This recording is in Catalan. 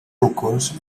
rocós